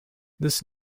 this